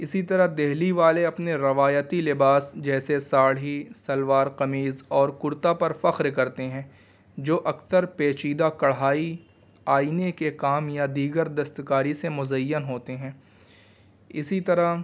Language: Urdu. اسی طرح دلی والے اپنے روایتی لباس جیسے ساڑی شلوار قمیص اور کرتا پر فخر کرتے ہیں جو اکثر پیچیدہ کڑھائی آئینے کے کام یا دیگر دستکاری سے مزین ہوتے ہیں اسی طرح